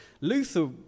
Luther